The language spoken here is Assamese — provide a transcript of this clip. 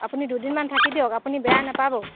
আপুনি দুদিনমান থাকি দিয়ক আপুনি বেয়া নাপাব